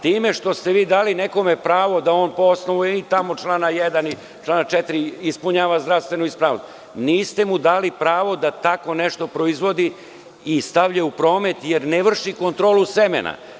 Time što ste dali nekome pravo da on posluje i iz člana 1. i iz člana 4, ispunjava zdravstvenu ispravnost, niste mu dali pravo da tako nešto proizvodi i stavlja u promet jer ne vrši kontrolu semena.